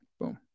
boom